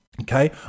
Okay